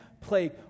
plague